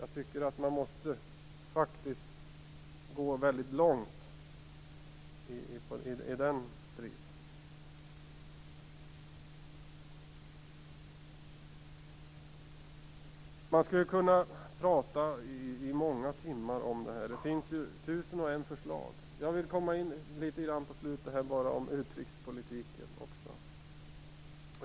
Jag tycker att man faktiskt måste gå mycket långt i den striden. Man skulle kunna prata i många timmar om detta. Det finns tusen och ett förslag. Jag vill på slutet komma in litet grand på utrikespolitiken.